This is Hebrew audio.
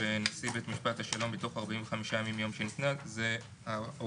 נשיא בית משפט השלום בתוך 45 ימים מיום שניתנה לו ההוראה.